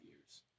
years